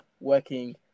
working